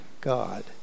God